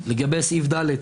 לגבי סעיף קטן (ד),